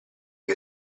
che